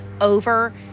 over